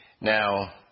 Now